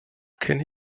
kenne